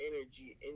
energy